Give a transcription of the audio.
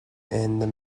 and